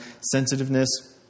Sensitiveness